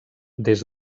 des